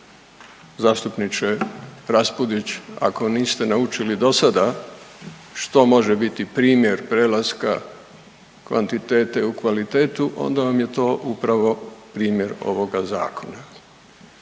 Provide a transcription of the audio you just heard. zastupniče Raspudić ako niste naučili dosada što može biti primjer prelaska kvantitete u kvalitetu onda vam je to upravo primjer ovoga zakona.